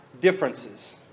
differences